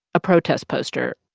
a protest poster,